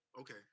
okay